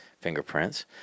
Fingerprints